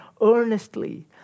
earnestly